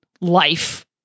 life